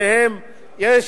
יש,